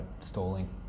stalling